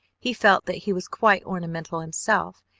he felt that he was quite ornamental himself,